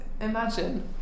Imagine